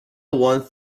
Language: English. wants